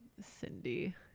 cindy